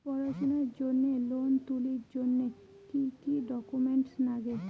পড়াশুনার জন্যে লোন তুলির জন্যে কি কি ডকুমেন্টস নাগে?